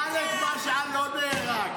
ח'אלד משעל לא נהרג.